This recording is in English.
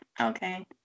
Okay